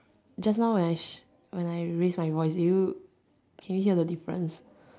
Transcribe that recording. just now when I shh when I raise my voice did you can you hear the difference